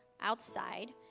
outside